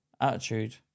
attitude